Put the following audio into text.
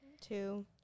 Two